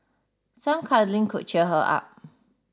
some cuddling could cheer her up